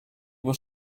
was